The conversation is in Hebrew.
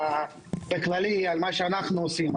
אדבר באופן כללי על מה שאנחנו עושים.